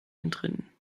entrinnen